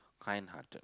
kind hearted